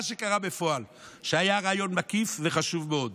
מה שקרה בפועל הוא שהיה ריאיון מקיף וחשוב מאוד,